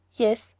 yes,